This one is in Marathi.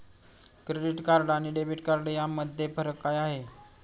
क्रेडिट कार्ड आणि डेबिट कार्ड यामध्ये काय फरक आहे?